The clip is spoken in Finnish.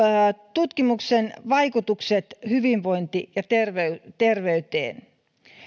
tutkimuksen vaikutukset hyvinvointiin ja terveyteen terveyteen